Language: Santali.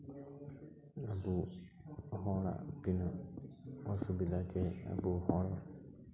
ᱟᱵᱚ ᱦᱚᱲᱟᱜ ᱛᱤᱱᱟᱹᱜ ᱚᱥᱩᱵᱤᱫᱷᱟ ᱪᱮ ᱟᱵᱚ ᱦᱚᱲ